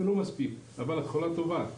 אבל זו התחלה טובה.